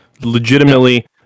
legitimately